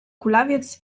kulawiec